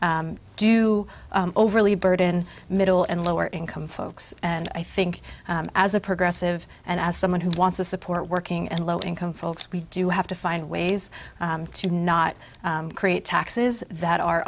do overly burden middle and lower income folks and i think as a progressive and as someone who wants to support working and low income folks we do have to find ways to not create taxes that are